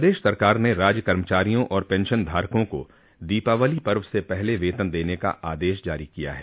प्रदश सरकार ने राज्य कर्मचारियों और पेंशन धारकों को दीपावली पर्व से पहले वेतन देने का आदेश जारी किया है